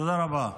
תודה רבה.